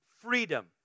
freedom